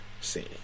see